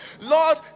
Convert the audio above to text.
Lord